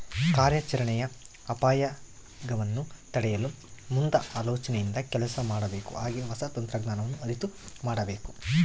ಕಾರ್ಯಾಚರಣೆಯ ಅಪಾಯಗವನ್ನು ತಡೆಯಲು ಮುಂದಾಲೋಚನೆಯಿಂದ ಕೆಲಸ ಮಾಡಬೇಕು ಹಾಗೆ ಹೊಸ ತಂತ್ರಜ್ಞಾನವನ್ನು ಅರಿತು ಮಾಡಬೇಕು